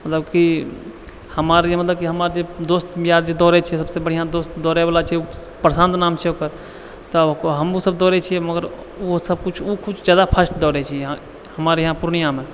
मतलब कि हमर जे मतलब कि हमर दोस्त मियाद जे दौड़े छै सबसे बढ़िआँ दोस्त दौड़ेवला छियै प्रशान्त नाम छियै ओकर तऽ हमहुँ सब दौड़े छियै मगर ओ सबकुछ ओ किछु जादा फास्ट दौड़े छै हमारे यहाँ पूर्णियामे